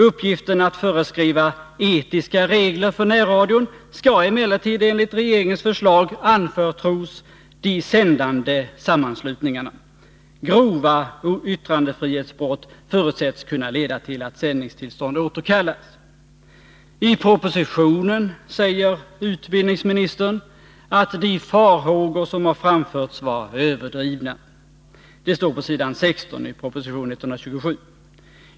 Uppgiften att föreskriva etiska regler för närradion skall emellertid enligt regeringens förslag anförtros de sändande sammanslutningarna. Grova yttrandefrihetsbrott förutsätts kunna leda till att sändningstillstånd återkallas. I propositionen säger utbildningsministern att de farhågor som har framförts var överdrivna. Det står på s. 16 i proposition 127.